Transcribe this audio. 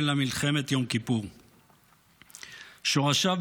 אלקין, בשורות טובות.